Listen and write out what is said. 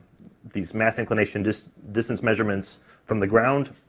these mass inclination dis distance measurements from the ground,